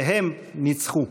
והם ניצחו.